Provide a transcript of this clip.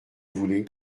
voulez